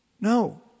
No